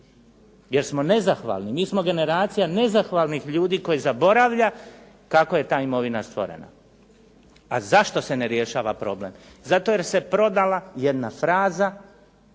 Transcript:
Jer smo nezahvalni. Mi smo generacija nezahvalnih ljudi koji zaboravlja kako je ta imovina stvorena. A zašto se ne rješava problem? Zato jer se prodala jedna fraza,